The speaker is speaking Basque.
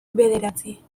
bederatzi